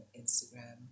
instagram